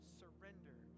surrender